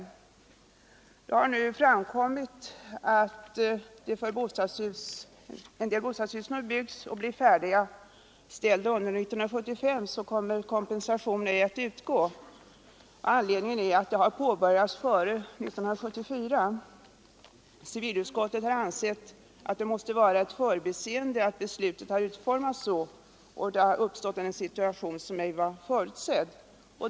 Nu har det emellertid framkommit att det för en del bostadshus som byggs och blir färdiga under 1975 inte kommer att utgå någon kompensation. Anledningen härtill är att husen har påbörjats före 1974. Civilutskottet har ansett att det måste vara ett förbiseende att beslutet utformats på det sättet och att det har uppstått en situation som inte var förutsedd.